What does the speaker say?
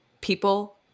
people